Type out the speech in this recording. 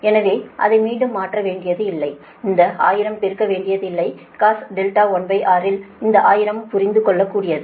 எனவே அதை மீண்டும் மாற்ற வேண்டியதில்லை இந்த 1000 பெருக்க வேண்டியதில்லைcos R1 இல் இந்த 1000 புரிந்து கொள்ளக் கூடியது